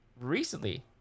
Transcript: Recently